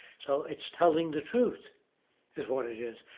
so, it's telling the truth is what it is.